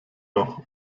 noch